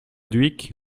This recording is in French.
dhuicq